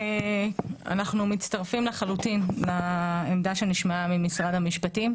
אנחנו מצטרפים לחלוטין לעמדה שנשמעה על ידי משרד המשפטים.